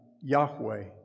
Yahweh